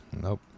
Nope